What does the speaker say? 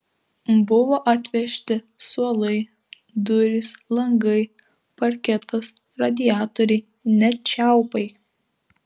buvo atvežti suolai durys langai parketas radiatoriai net čiaupai